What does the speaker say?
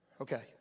Okay